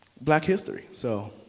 black history. so